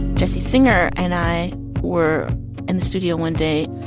jesse singer and i were in the studio one day